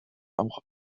auch